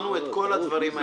קבענו את כל הדברים האלה.